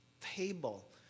table